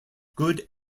good